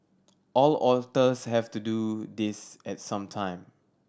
all otters have to do this at some time